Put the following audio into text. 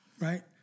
Right